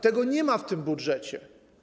Tego nie ma w tym budżecie.